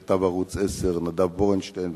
של כתב ערוץ-10 נדב בורנשטיין,